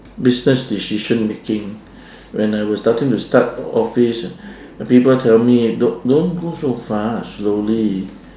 business decision making when I was starting to start office the people tell me don't don't go so fast slowly